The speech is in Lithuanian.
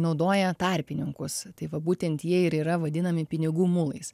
naudoja tarpininkus tai va būtent jie ir yra vadinami pinigų mulais